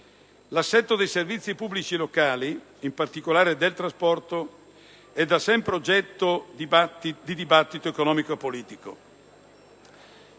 L'assetto dei servizi pubblici locali, in particolare del trasporto, è da sempre oggetto del dibattito economico e politico.